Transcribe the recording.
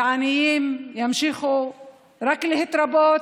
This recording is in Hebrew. ועניים ימשיכו רק להתרבות,